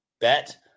bet